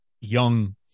young